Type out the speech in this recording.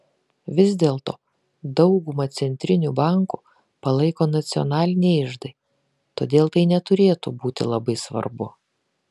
vis dėlto daugumą centrinių bankų palaiko nacionaliniai iždai todėl tai neturėtų būti labai svarbu